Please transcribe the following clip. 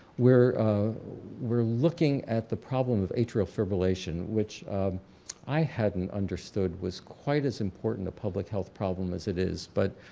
we're we're looking at the problem with atrial fibrillation which i hadn't understood was quite as important a public health problem as it is but